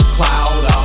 Cloud